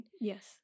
Yes